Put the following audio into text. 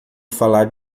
falar